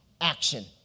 action